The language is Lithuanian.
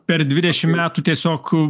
per dvidešim metų tiesiog